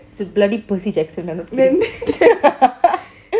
it's a bloody percy jackson I'm not kidding